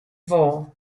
vaud